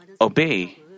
obey